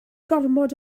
gormod